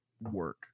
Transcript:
work